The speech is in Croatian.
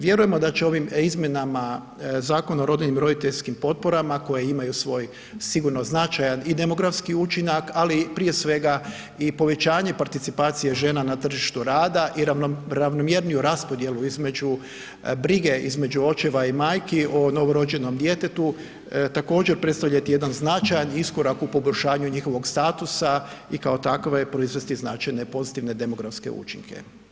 Vjerujemo da će ovim izmjenama Zakona o rodiljnim i roditeljskim potporama koje imaju svoj sigurno značajan i demografski učinak, ali prije svega i povećanje participacije žena na tržištu rada i ravnomjerniju raspodjelu između brige između očeva i majki o novorođenom djetetu, također predstavljati jedan značajan iskorak u poboljšanju njihovog statusa i kao takve proizvesti značajne pozitivne demografske učinke.